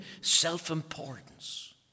self-importance